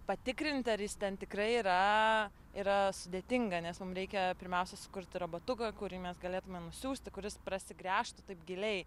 patikrinti ar jis ten tikrai yra yra sudėtinga nes mum reikia pirmiausia sukurti robotuką kurį mes galėtume nusiųsti kuris prasigręžtų taip giliai